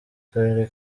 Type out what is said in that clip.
karere